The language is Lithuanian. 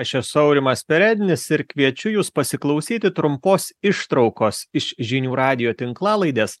aš esu aurimas perednis ir kviečiu jus pasiklausyti trumpos ištraukos iš žinių radijo tinklalaidės